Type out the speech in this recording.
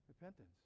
Repentance